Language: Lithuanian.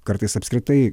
kartais apskritai